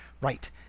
right